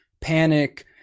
panic